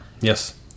Yes